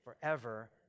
forever